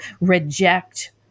reject